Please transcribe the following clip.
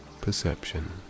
perception